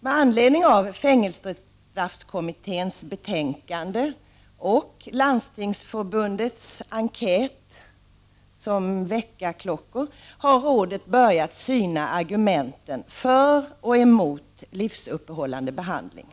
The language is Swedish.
Med anledning av fängelsestraffkommitténs betänkande och Landstingsförbundets enkät, som fungerat som väckarklockor, har rådet börjat syna argumenten för och emot livsuppehållande behandling.